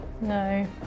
No